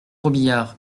robiliard